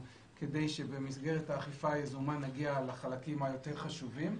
כדי שבמסגרת האכיפה היזומה נגיע לחלקים היותר חשובים.